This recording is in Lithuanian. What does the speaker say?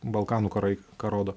balkanų karai ką rodo